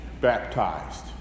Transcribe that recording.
Baptized